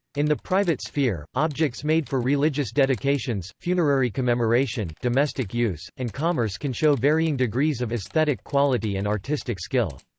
in the private sphere, objects made for religious dedications, funerary commemoration, domestic use, and commerce can show varying degrees of aesthetic quality and artistic skill.